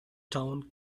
town